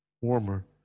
warmer